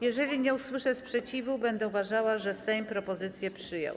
Jeżeli nie usłyszę sprzeciwu, będę uważała, że Sejm propozycję przyjął.